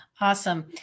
Awesome